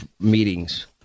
meetings